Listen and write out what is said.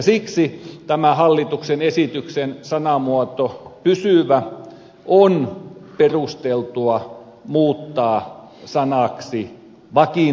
siksi tämä hallituksen esityksen sanamuoto pysyvä on perusteltua muuttaa sanaksi vakiintunut